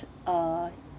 uh